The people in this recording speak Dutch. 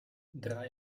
draai